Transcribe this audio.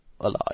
alive